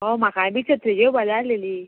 हय म्हाकाय बी छत्री घेवपा जाय आसलेली